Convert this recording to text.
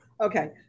Okay